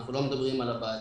אנחנו לא מדברים על הבה"דים.